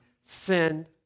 sin—